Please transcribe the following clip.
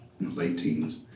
late-teens